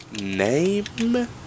Name